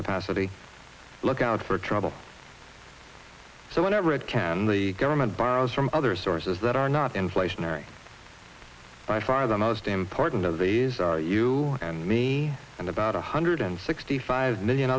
capacity look out for trouble so whenever it can the government borrows from other sources that are not inflationary by far the most important of these are you and me and about one hundred sixty five million